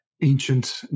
ancient